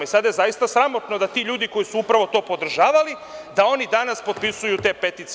Sada je zaista sramotno da ti ljudi koji su upravo to podržavali, da oni danas potpisuju te peticije.